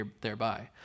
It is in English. thereby